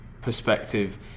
perspective